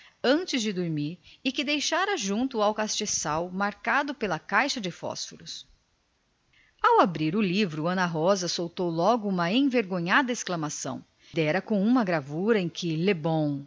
antes de dormir e que havia deixado junto ao castiçal marcado pela caixa de fósforos ao abrir o livro ana rosa soltou logo uma envergonhada exclamação dera com um desenho em que